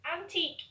antique